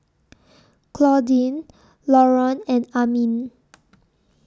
Claudine Laron and Amin